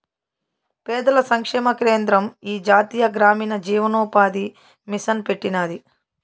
పేదల సంక్షేమ కేంద్రం ఈ జాతీయ గ్రామీణ జీవనోపాది మిసన్ పెట్టినాది